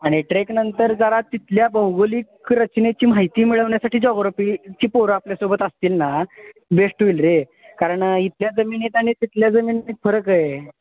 आणि ट्रेकनंतर जरा तिथल्या भौगोलिक रचनेची माहिती मिळवण्यासाठी जॉग्रॉफीची पोरं आपल्यासोबत असतील ना बेस्ट होईल रे कारण इथल्या जमिनीत आणि तिथल्या जमिनीत फरक आहे